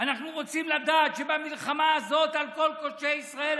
אנחנו רוצים לדעת שבמלחמה הזאת על כל קודשי ישראל,